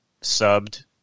subbed